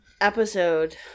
episode